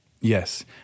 Yes